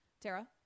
Tara